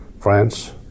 France